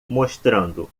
mostrando